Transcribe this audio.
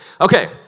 Okay